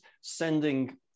sending